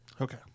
Okay